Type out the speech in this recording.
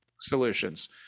solutions